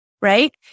right